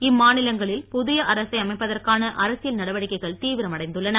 இம்மா நிலங்களில் புதிய அரசை அமைப்பதற்கான அரசியல் நடவடிக்கைகள் தீவிரமடைந்துள்ளன